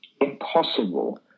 impossible